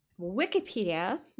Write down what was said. Wikipedia